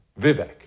Vivek